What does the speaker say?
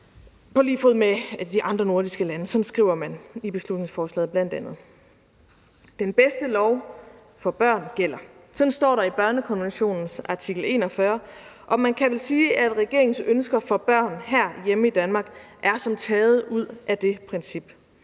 på lige fod med de andre nordiske lande. Sådan skriver man bl.a. i beslutningsforslaget. Den bedste lov for børn gælder. Sådan står der i børnekonventionens artikel 41, og man kan vel sige, at regeringens ønsker for børn herhjemme i Danmark er som taget ud af det princip.